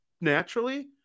naturally